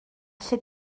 lle